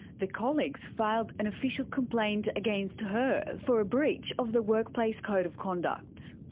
the colleagues filed an official complaint against her for a breach of the workplace code of conduct.